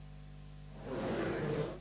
Hvala vam